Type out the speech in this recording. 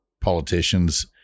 politicians